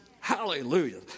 Hallelujah